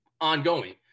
ongoing